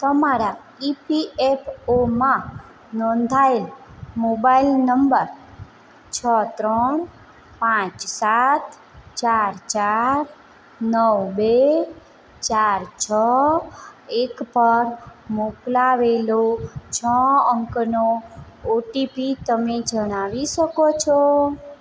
તમારા ઇપીએફઓમાં નોંધાયેલા મોબાઇલ નંબર છ ત્રણ પાંચ સાત ચાર ચાર નવ બે ચાર છ એક પર મોકલાવેલો છ અંકનો ઓટીપી તમે જણાવી શકો છો